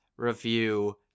Review